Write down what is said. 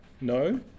No